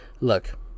Look